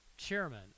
Chairman